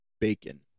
bacon